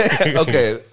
Okay